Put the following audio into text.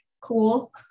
cool